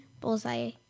Bullseye